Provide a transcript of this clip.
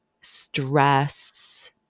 stress